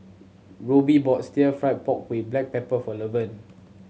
Roby bought Stir Fry pork with black pepper for Levern